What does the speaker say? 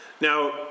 now